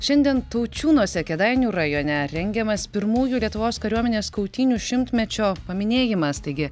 šiandien taučiūnuose kėdainių rajone rengiamas pirmųjų lietuvos kariuomenės kautynių šimtmečio paminėjimas taigi